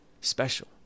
special